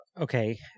okay